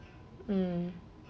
mm